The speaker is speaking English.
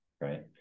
right